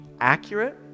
accurate